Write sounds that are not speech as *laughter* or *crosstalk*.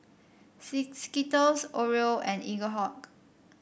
*unintelligible* Skittles Oreo and Eaglehawk